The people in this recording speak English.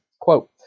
Quote